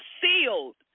sealed